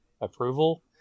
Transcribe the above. approval